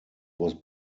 was